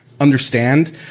understand